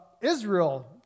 Israel